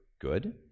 good